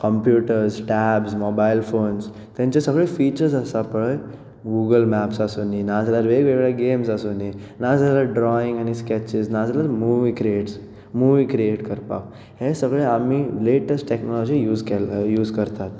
computers tabs mobile phones तेंचे सगळें features आसा पळय गुगल मॅप्स आसूनी नाजाल्यार वेगवेगळे गॅम्स आसूनी ना जाल्यार ड्रॉइंग आनी स्कॅचीज ना जाल्यार मुवी क्रॅट्स मुवी क्रियेट करपाक हे सगळें आमी लॅटस्ट टॅक्नोलोजी केले युवज करतात